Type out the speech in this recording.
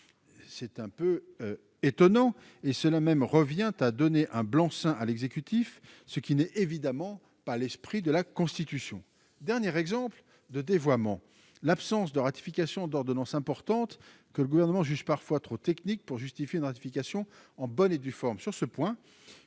c'est un peu étonnant, et cela même revient à donner un blanc-seing à l'exécutif, ce qui n'est évidemment pas l'esprit de la Constitution, dernier exemple de dévoiement, l'absence de ratification d'ordonnances importante que le gouvernement juge parfois trop technique pour justifier une ratification en bonne et due forme sur ce point,